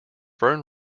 fern